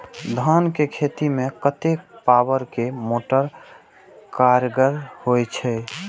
धान के खेती में कतेक पावर के मोटर कारगर होई छै?